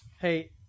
Hey